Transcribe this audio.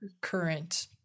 current